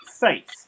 faith